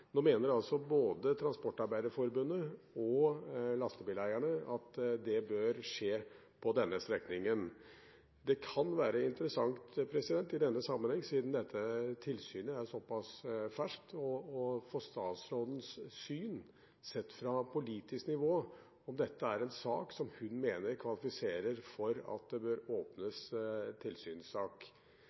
Nå mener både Transportarbeiderforbundet og lastebileierne at det bør skje på denne strekningen. Det kan være interessant i denne sammenheng – siden dette tilsynet er såpass ferskt – å få statsrådens syn, sett fra et politisk nivå, på om dette er en sak hun mener kvalifiserer for at det bør åpnes tilsynssak.